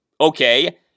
Okay